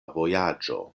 vojaĝo